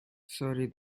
sorry